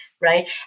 right